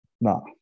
No